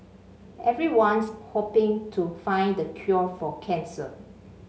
everyone's hoping to find the cure for cancer